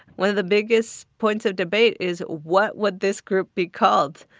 one of the biggest points of debate is, what would this group be called?